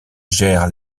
gèrent